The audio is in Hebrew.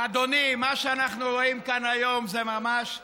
אדוני, מה שאנחנו רואים כאן היום זה ממש פארסה,